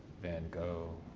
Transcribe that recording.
van gogh,